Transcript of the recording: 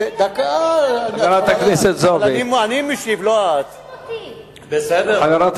אני לקחתי את